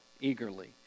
eagerly